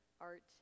art